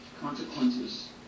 consequences